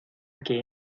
que